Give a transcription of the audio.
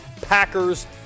Packers